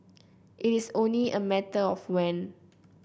it is only a matter of when